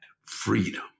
freedom